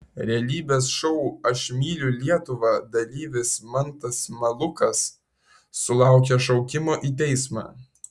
realybės šou aš myliu lietuvą dalyvis mantas malūkas sulaukė šaukimo į teismą